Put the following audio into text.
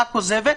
סגרתם את המספרים.